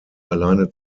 alleine